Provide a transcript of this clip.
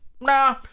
nah